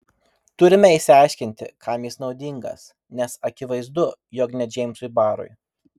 turime išsiaiškinti kam jis naudingas nes akivaizdu jog ne džeimsui barui